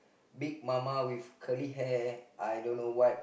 Big Mama with curly hair I don't know what